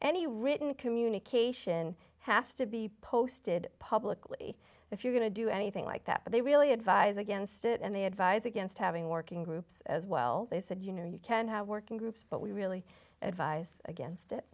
any written communication has to be posted publicly if you're going to do anything like that they really advise against it and they advise against having working groups as well they said you know you can have working groups but we really advise against it